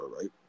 right